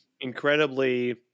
incredibly